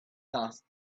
dust